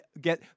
get